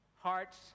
hearts